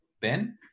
Ben